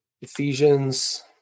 Ephesians